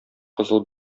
кызыл